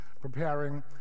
preparing